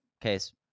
Case